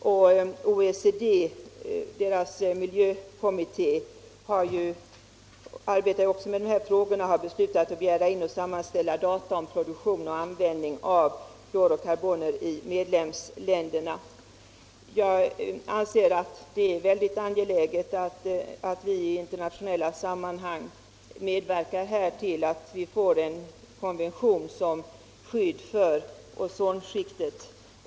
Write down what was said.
Även OECD:s miljökomminé arbetar med de här trågorna och har beslutat att begära in och sammanställa data om produktion och användning av fluorocarboner i medlemsländerna. Jag anser det vara mycket angeläget att vi t internationella sammanhang medverkar I detta arbete och att vi får en konvention om skydd för ozonskiktet.